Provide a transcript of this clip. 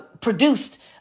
produced